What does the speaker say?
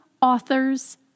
authors